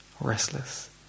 restless